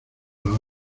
las